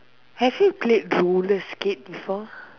have you played roller skate before